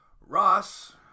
Ross